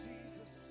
Jesus